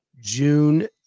June